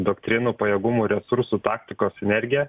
doktrinų pajėgumų resursų taktikos sinenergija